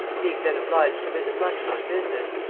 being then obliged to visit london on business,